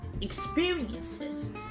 experiences